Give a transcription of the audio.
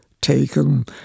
taken